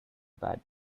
bad